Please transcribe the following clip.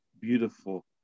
beautiful